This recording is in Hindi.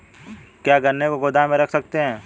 क्या गन्ने को गोदाम में रख सकते हैं?